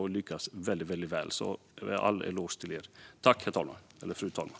De lyckas väldigt väl, så all eloge till dem!